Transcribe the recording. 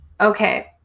okay